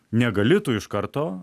negali tu iš karto